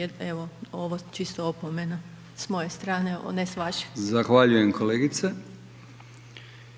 je evo, ovo čisto opomena, s moje strane ne s vaše. **Brkić, Milijan